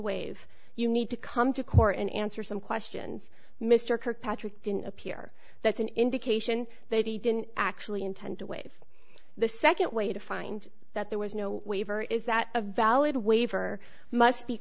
waive you need to come to court and answer some questions mr kirkpatrick didn't appear that's an indication that he didn't actually intend to waive the second way to find that there was no waiver is that a valid waiver must be